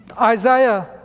Isaiah